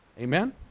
Amen